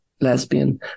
lesbian